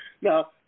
Now